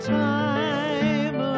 time